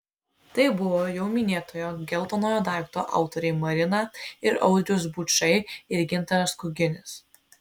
tai buvo jau minėtojo geltonojo daikto autoriai marina ir audrius bučai ir gintaras kuginis